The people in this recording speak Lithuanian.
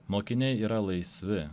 mokiniai yra laisvi